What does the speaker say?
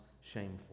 shameful